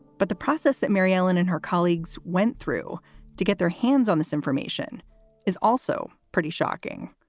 but the process that mary ellen and her colleagues went through to get their hands on this information is also pretty shocking.